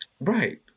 Right